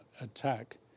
attack